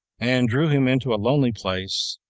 and drew him into a lonely place,